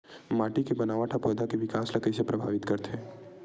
माटी के बनावट हा पौधा के विकास ला कइसे प्रभावित करथे?